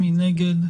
מי נגד?